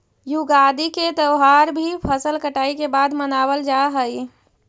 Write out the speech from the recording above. युगादि के त्यौहार भी फसल कटाई के बाद मनावल जा हइ